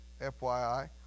FYI